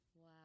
Wow